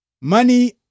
money